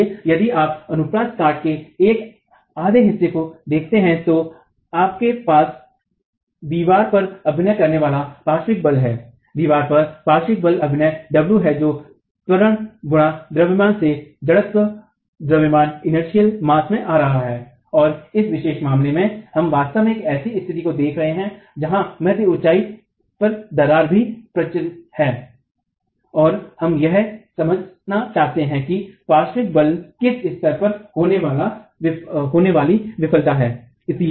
इसलिए यदि आप अनुप्रस्थ काट के एक आधे हिस्से को देख रहे हैं तो आपके पास दीवार पर अभिनय करने वाला पार्श्विक बल है दीवार पर पार्श्विक बल अभिनय w है जो त्वरण गुणा द्रव्यमान से जड़त्व द्रव्यमान में आ रहा है और इस विशेष मामले में हम वास्तव में एक ऐसी स्थिति को देख रहे हैं जहां मध्य ऊंचाई दरार भी प्रचारित है और हम यह समझना चाहते हैं कि पार्श्विक बल किस स्तर पर होने वाली विफलता है